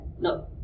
no